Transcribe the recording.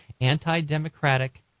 anti-democratic